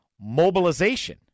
mobilization